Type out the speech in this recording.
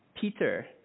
Peter